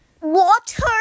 Water